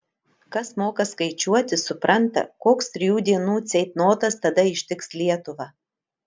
kas moka skaičiuoti supranta koks trijų dienų ceitnotas tada ištiks lietuvą